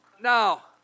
Now